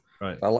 right